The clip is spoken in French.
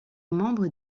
membre